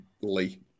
Lee